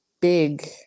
Big